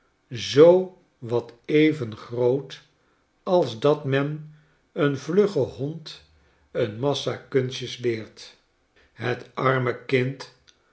zoo wat even grootalsdat men een vluggen hond een massa kunstjes leert het arme kind